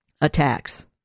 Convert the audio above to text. attacks